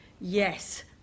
Yes